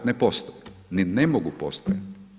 Ne postoje, ni ne mogu postojati.